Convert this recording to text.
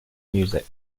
music